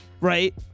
Right